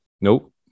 Nope